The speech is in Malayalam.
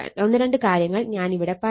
ഒന്ന് രണ്ട് കാര്യങ്ങൾ ഞാൻ ഇവിടെ പറയാം